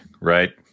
right